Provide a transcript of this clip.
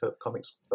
Comics